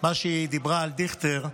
מה שהיא דיברה על דיכטר,